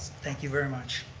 thank you very much.